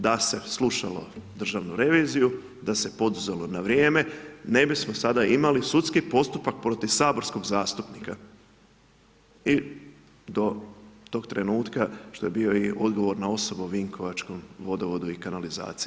Da se je slušalo Državnu reviziju, da se poduzelo na vrijeme, ne bismo sada imali sudski postupak, protiv saborskog zastupnika i do tog trenutka što je bio i odgovorna osoba u vinkovačkom vodovodu i kanalizaciji.